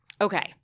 okay